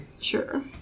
Sure